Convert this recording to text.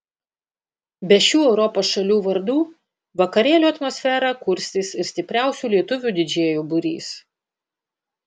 be šių europos šalių vardų vakarėlio atmosferą kurstys ir stipriausių lietuvių didžėjų būrys